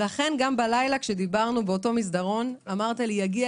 לכן גם בלילה כשדיברנו באותו מסדרון אמרת: יגיע